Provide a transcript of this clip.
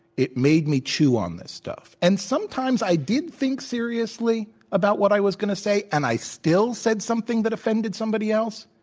it made me chew on the stuff. and sometimes i did think seriously about what i was going to say, and i still said something that offended somebody else.